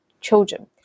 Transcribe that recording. children